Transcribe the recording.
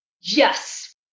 yes